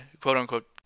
quote-unquote